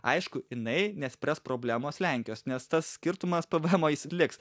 aišku jinai nespręs problemos lenkijos nes tas skirtumas pv emo jis liks